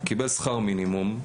קיבל שכר מינימום.